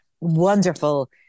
wonderful